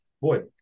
boy